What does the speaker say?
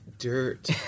Dirt